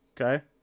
Okay